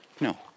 no